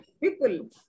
people